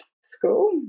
school